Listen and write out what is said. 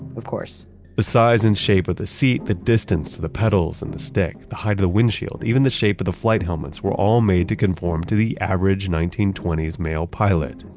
of course the size and shape of the seat, the distance to the pedals pedals and the stick, the height of the windshield, even the shape of the flight helmets, were all made to conform to the average nineteen twenty s male pilot,